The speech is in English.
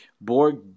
Borg